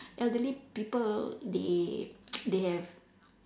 elderly people they they have